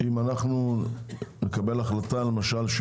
אם נקבל החלטה למשל,